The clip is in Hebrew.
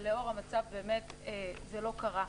אבל לאור המצב זה לא קרה.